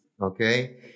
okay